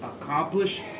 accomplish